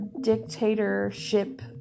dictatorship